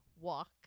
walk